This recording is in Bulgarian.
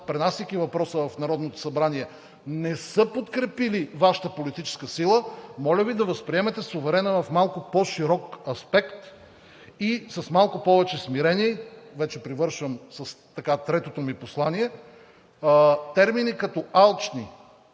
пренасяйки въпроса в Народното събрание, не са подкрепили Вашата политическа сила, моля Ви да възприемете суверена в малко по широк аспект и с малко повече смирение. Вече привършвам, с третото ми послание – термини, като алчни,